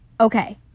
okay